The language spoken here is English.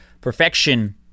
perfection